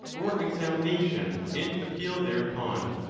or examination and appeal thereupon,